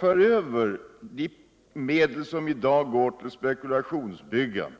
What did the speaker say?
För över de medel som i dag går till spekulationsbyggen